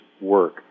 work